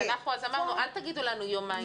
אמרנו: אל תגידו לנו ימים.